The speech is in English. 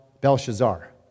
Belshazzar